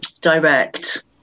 direct